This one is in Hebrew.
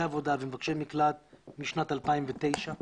עבודה ומבקשי מקלט משנת אלפיים ותשע.